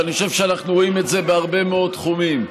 ואני חושב שאנחנו רואים את זה בהרבה מאוד תחומים,